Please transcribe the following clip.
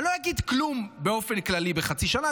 אני לא אגיד כלום באופן כללי בחצי שנה,